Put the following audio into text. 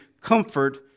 comfort